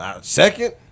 Second